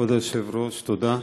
כבוד היושב-ראש, תודה.